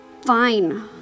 Fine